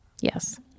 Yes